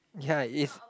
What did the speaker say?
yeah it's